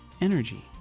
energy